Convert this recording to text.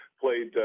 played